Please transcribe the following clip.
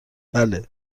بله